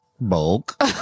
bulk